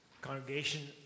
Congregation